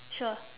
sure